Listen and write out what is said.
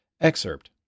Excerpt